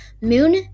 moon